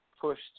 pushed